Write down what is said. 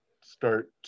start